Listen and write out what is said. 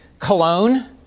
Cologne